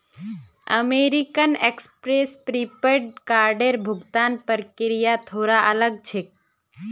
American Express prepaid कार्डेर भुगतान प्रक्रिया थोरा अलग छेक